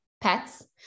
pets